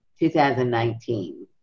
2019